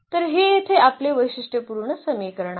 तर हे येथे आपले वैशिष्ट्यपूर्ण समीकरण आहे